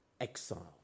Exile